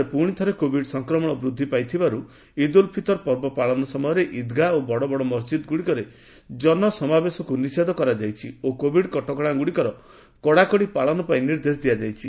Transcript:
ଦେଶରେ ପୁଣି ଥରେ କୋଭିଡ ସଂକ୍ରମଣ ବୃଦ୍ଧି ପାଇଥିବାରୁ ଉଦ୍ ଉଲ ଫିତର ପର୍ବ ପାଳନ ସମୟରେ ଇଦ୍ଗାହ ଓ ବଡ ବଡ ମସ୍ଜିଦ୍ଗୁଡିକରେ ଜନସମାବେଶକୁ ନିଷେଧ କରାଯାଇଛି ଓ କୋଭିଡ କଟକଶାଗୁଡିକର କଡାକଡି ପାଳନ ପାଇଁ ନିର୍ଦ୍ଦେଶ ଦିଆଯାଇଛି